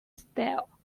style